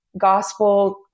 gospel